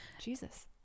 jesus